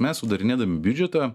mes sudarinėdami biudžetą